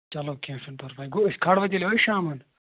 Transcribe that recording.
چَلو کینٛہہ چھُنہٕ پَرواے گوٚو أسۍ کھالو تیٚلہِ وۄنۍ شامَن